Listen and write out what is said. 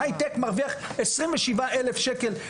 ההייטק מרוויח 27 אלף ש"ח,